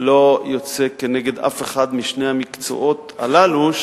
אני לא יוצא נגד אף אחד משני המקצועות הללו,